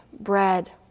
bread